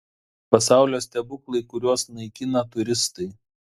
pasaulio stebuklai kuriuos naikina turistai